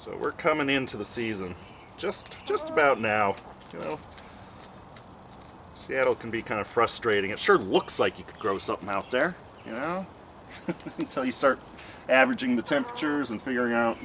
so we're coming into the season just just about now you know seattle can be kind of frustrating it sure looks like you could grow something out there you know until you start averaging the temperatures and figuring out